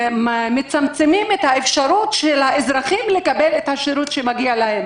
מצמצמים את האפשרות של האזרחים לקבל את השירות שמגיע להם.